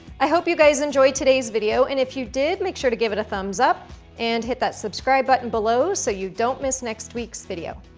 i hope you guys enjoyed today's video and if you did, make sure to give it a thumbs up and hit that subscribe button below so you don't miss next week's video.